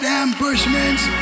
ambushments